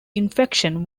infection